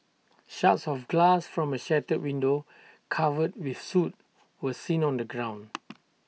shards of glass from A shattered window covered with soot were seen on the ground